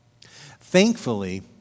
Thankfully